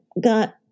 got